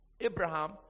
Abraham